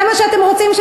זה מה שאתם רוצים,